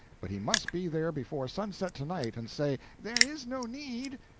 but he must be there before sunset to-night and say there is no need.